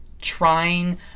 trying